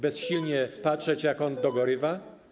Bezsilnie patrzeć, jak on dogorywa?